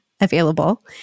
available